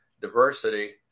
diversity